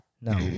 No